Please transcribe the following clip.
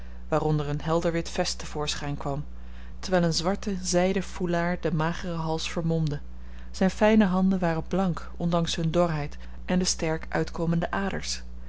waaronder een helder wit vest te voorschijn kwam terwijl een zwarte zijden foulard den mageren hals vermomde zijne fijne handen waren blank ondanks hunne dorheid en de sterk uitkomende aders